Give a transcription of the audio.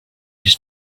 his